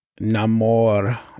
Namor